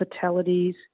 fatalities